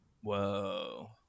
Whoa